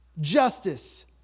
justice